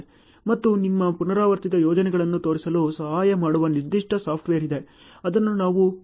ಮತ್ತು ನಿಮ್ಮ ಪುನರಾವರ್ತಿತ ಯೋಜನೆಗಳನ್ನು ತೋರಿಸಲು ಸಹಾಯ ಮಾಡುವ ನಿರ್ದಿಷ್ಟ ಸಾಫ್ಟ್ವೇರ್ ಇದೆ ಅದನ್ನು ನಾವು TILOS ಎಂದು ಕರೆಯುತ್ತೇವೆ